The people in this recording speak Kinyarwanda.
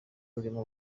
rurimo